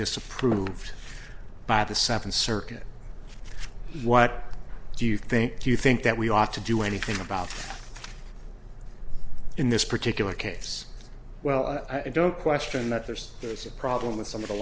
disapproved by the second circuit what do you think you think that we ought to do anything about in this particular case well i don't question that there's there's a problem with some of the